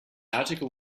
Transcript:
article